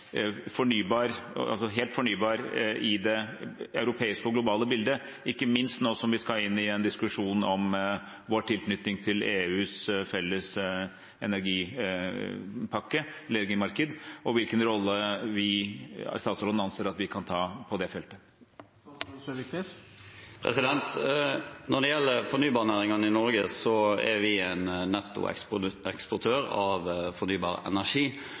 helt fornybart, i det europeiske og globale bildet, ikke minst nå som vi skal inn i en diskusjon om vår tilknytning til EUs felles energipakke – energimarked – og hvilken rolle statsråden anser at vi kan ta på det feltet. Når det gjelder fornybarnæringen i Norge, er vi en nettoeksportør av fornybar energi,